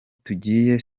tugiye